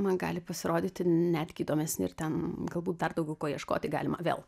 man gali pasirodyti netgi įdomesni ir ten galbūt dar daugiau ko ieškoti galima vėl